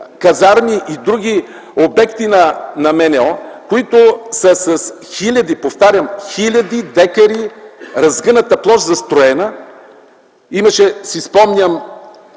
казарми и други обекти на МНО, които са с хиляди, повтарям, хиляди декари разгърната застроена площ. Да не